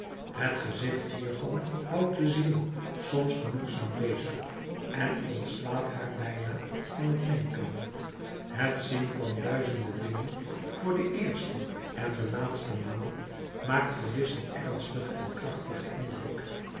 het gezicht hiervan houdt de ziel soms genoegzaam bezig en ontslaat haar bijna van het denken het zien van duizenden dingen voor de eerste en de laatste maal maakt gewis een erstigen en krachtigen indruk